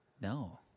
No